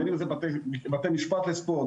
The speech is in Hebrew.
בין אם זה בתי משפט לספורט,